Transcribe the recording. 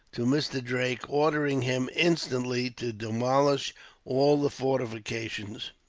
to mr. drake, ordering him instantly to demolish all the fortifications